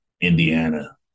Indiana